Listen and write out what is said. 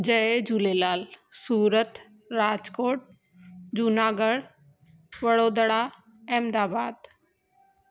Jay Jhulelal Surat Rajkot Junagadh Vadodara Ahmedabad